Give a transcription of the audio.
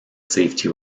safety